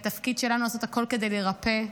והתפקיד שלנו הוא לעשות הכול כדי לרפא.